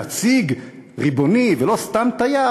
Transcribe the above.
נציג ריבוני ולא סתם תייר,